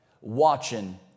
watching